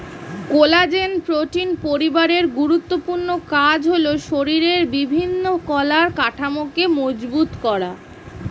collagen protein পরিবারের গুরুত্বপূর্ণ কাজ হলো শরীরের বিভিন্ন কলার কাঠামোকে মজবুত করা